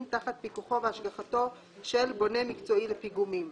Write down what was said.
תחת פיקוחו והשגחתו של בונה מקצועי לפיגומים.